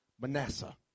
Manasseh